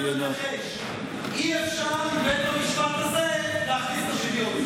תן לנו לנחש: אי-אפשר עם בית המשפט הזה להכניס את השוויון.